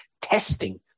testing